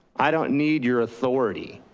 i don't need your authority.